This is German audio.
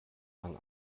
rang